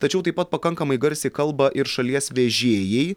tačiau taip pat pakankamai garsiai kalba ir šalies vežėjai